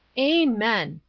amen,